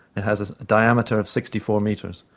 it has a diameter of sixty four metres.